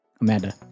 Amanda